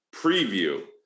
preview